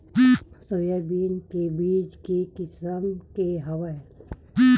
Soybean के बीज के किसम के हवय?